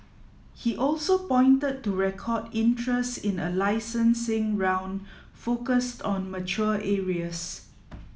he also pointed to record interest in a licensing round focused on mature areas